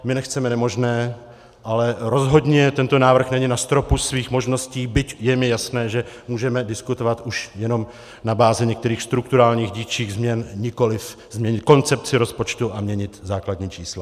My nechceme nemožné, ale rozhodně tento návrh není na stropu svých možností, byť je mi jasné, že můžeme diskutovat už jenom na bázi některých strukturálních dílčích změn, nikoliv změnit koncepci rozpočtu a měnit základní čísla.